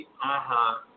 aha